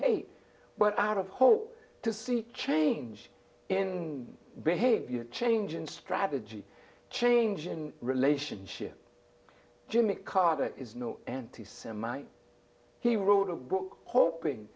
hate but out of hope to see change in behavior change in strategy change in relationship jimmy carter is no anti semite he wrote a book hoping